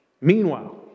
Meanwhile